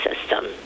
system